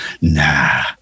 nah